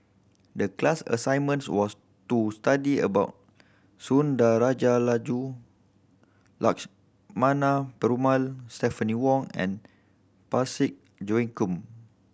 the class assignments was to study about Sundarajulu Lakshmana Perumal Stephanie Wong and Parsick Joaquim